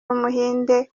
w’umuhinde